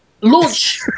Launch